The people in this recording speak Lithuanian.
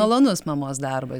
malonus mamos darbas